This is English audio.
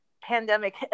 pandemic